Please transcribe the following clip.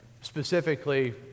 specifically